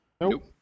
Nope